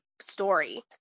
story